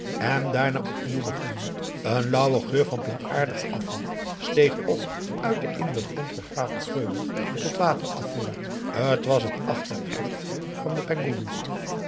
en daarna opnieuw begon een lauwe geur van plantaardigen afval steeg op uit de in den grond gegraven geulen tot waterafvoer t was het achtererf van den